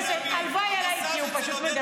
המסאז' אצל עודד בן עמי.